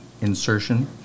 insertion